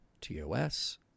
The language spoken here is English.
TOS